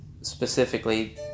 specifically